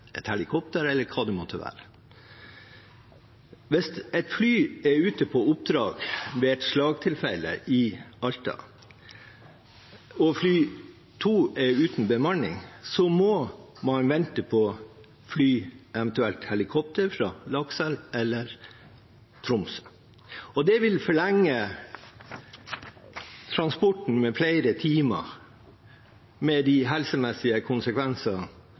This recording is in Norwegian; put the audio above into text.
et fly er ute på oppdrag ved et slagtilfelle i Alta, og fly nr. 2 er uten bemanning, må man vente på fly, eventuelt helikopter, fra Lakselv eller Troms. Det vil forlenge transporten med flere timer, med de helsemessige konsekvenser